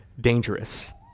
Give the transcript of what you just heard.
dangerous